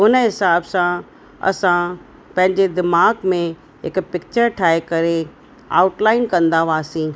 हुन हिसाब सां असां पंहिंजे दिमाग़ में हिकु पिक्चर ठाहे करे आउट लाइन कंदा हुआसीं